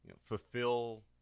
fulfill